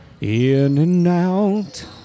In-and-out